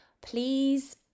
please